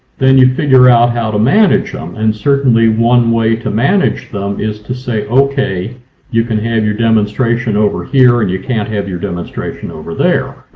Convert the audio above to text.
then you figure out how to manage them. and certainly one way to manage them is to say, okay you can have your demonstration over here, and you can't have your demonstration over there.